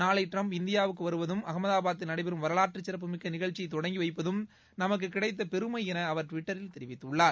நாளை டிரம்ப் இந்தியாவுக்கு வருவதும் அகமதாபாத்தில் நடைபெறும் வரவாற்று சிறப்பு மிக்க நிகழ்ச்சியை தொடங்கி வைப்பதும் நமக்கு கிடைத்த பெருமை என அவர் டுவிட்டரில் தெரிவித்துள்ளார்